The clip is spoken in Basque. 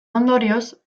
ondorioz